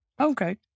Okay